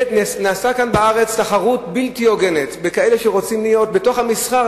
נעשתה כאן בארץ תחרות בלתי הוגנת בין כאלה שרוצים להיות בתוך המסחר,